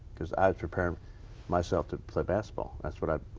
cause i was preparing myself to play basketball. that what i.